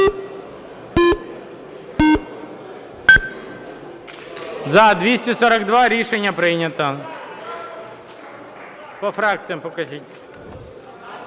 За-242 Рішення прийнято. По фракціям покажіть.